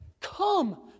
come